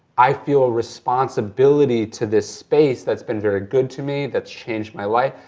i feel responsibility to this space that's been very good to me, that's changed my life.